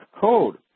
code